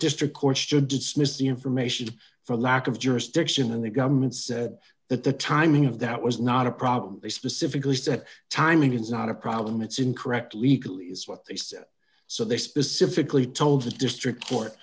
district courts should dismiss the information for lack of jurisdiction and the government said that the timing of that was not a problem they specifically said timing is not a problem it's incorrect legally is what they said so they specifically told the district